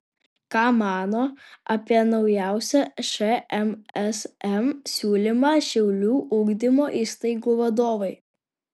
ką mano apie naujausią šmsm siūlymą šiaulių ugdymo įstaigų vadovai